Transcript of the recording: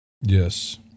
Yes